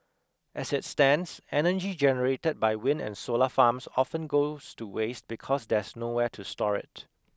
as it stands energy generated by wind and solar farms often goes to waste because there's nowhere to store it